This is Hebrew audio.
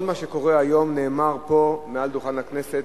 כל מה שקורה היום נאמר פה מעל דוכן הכנסת,